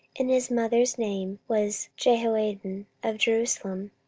and his mother's name was jehoaddan of jerusalem.